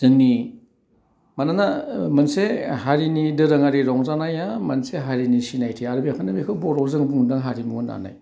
जोंनि मानोना मोनसे हारिनि दोरोङारि रंजानाया मोनसे हारिनि सिनाइथि आरो बेखाइनो बेखौ बर'जों बुंदों हारिमु होन्नानै